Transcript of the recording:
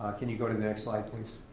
um can you go to the next slide please?